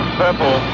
purple